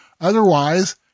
Otherwise